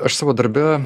aš savo darbe